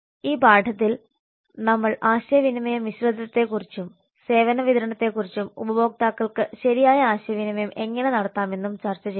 ഈ പാഠത്തിൽ നമ്മൾ ആശയവിനിമയ മിശ്രിതത്തെക്കുറിച്ചും സേവന വിതരണത്തെക്കുറിച്ച് ഉപഭോക്താക്കൾക്ക് ശരിയായ ആശയവിനിമയം എങ്ങനെ നടത്താമെന്നും ചർച്ച ചെയ്തു